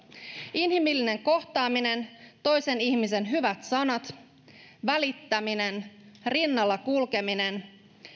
inhimillinen kohtaaminen toisen ihmisen hyvät sanat välittäminen rinnalla kulkeminen